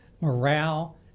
morale